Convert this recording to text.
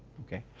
okay.